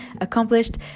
accomplished